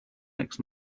next